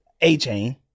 A-Chain